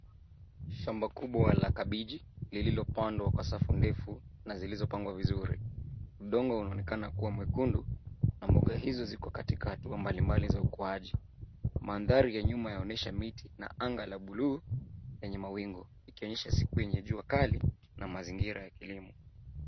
Shamba kubwa la kabichi lililo pandwa kwa safu ndefu na zilizo pangwa vizuri. Udongo unaonekana kuwa mwekundu na mboga hizo ziko katikati hatua mbalimbali za ukuaji. Mandhari ya nyuma yaonyesha miti na anga la bluu yenye mawingu ikionyesha siku yenye jua kali na mazingira ya kilimo.